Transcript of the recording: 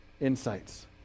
insights